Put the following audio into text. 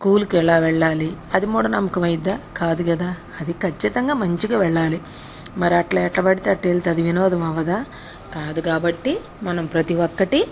స్కూల్కి ఎలా వెళ్ళాలి అది మూఢనమ్మకం అయ్యిద్దా కాదు కదా అది ఖచ్చితంగా మంచిగా వెళ్ళాలి మరి అట్లా ఎట్లా పడితే అట్టా వెళితే అది వినోదం అవ్వదా కాదు కాబట్టి మనం ప్రతి ఒక్కటి